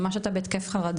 היא ממש הייתה בהתקף חרדה.